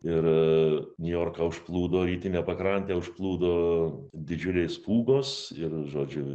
ir niujorką užplūdo rytinę pakrantę užplūdo didžiulės pūgos ir žodžiu